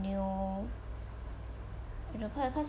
new and of course cause